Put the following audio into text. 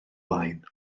blaen